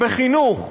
בחינוך.